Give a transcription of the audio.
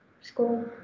school